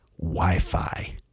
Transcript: wi-fi